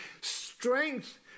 Strength